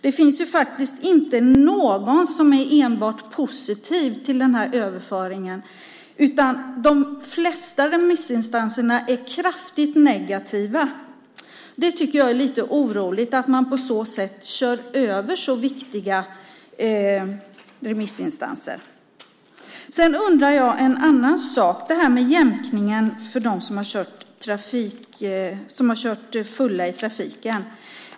Det finns faktiskt inte någon som är enbart positiv till denna överföring, utan de flesta remissinstanser är kraftigt negativa. Jag tycker att det är lite oroande att man på så sätt kör över så viktiga remissinstanser. Jag undrar också en annan sak, nämligen om detta med jämkningen för dem som har kört fulla i trafiken.